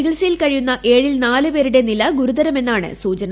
ചികിൽസയിൽ കഴിയുന്ന ഏഴിൽ നാല് പേരുടെ നില ഗുരുതരമാണെന്നാണ് സൂചന